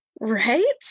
Right